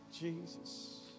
Jesus